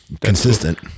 Consistent